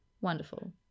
Wonderful